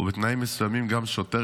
ובתנאים מסוימים גם שוטר,